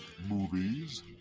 movies